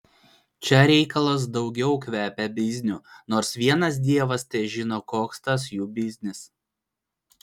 čia reikalas daugiau kvepia bizniu nors vienas dievas težino koks tas jų biznis